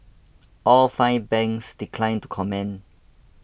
all five banks declined to comment